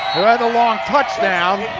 who had the long touchdown.